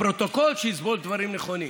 הפרוטוקול, שיסבול דברים נכונים.